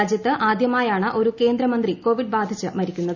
രാജ്യത്ത് ആദ്യമായാണ് ഒരു കേന്ദ്രമന്ത്രി കോവിഡ് ബാധിച്ച് മരിക്കുന്നത്